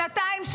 שנתיים?